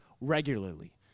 regularly